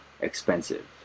expensive